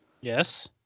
Yes